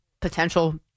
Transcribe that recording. potential